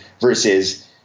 versus